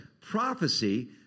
prophecy